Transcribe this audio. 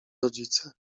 rodzice